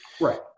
Right